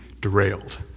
derailed